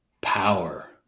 power